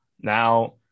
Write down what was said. now